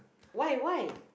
why why